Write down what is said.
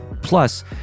Plus